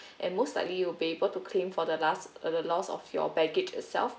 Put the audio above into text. and most likely you'll be able to claim for the last uh the loss of your baggage itself